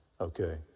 okay